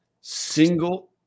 Single